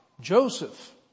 Joseph